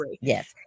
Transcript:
Yes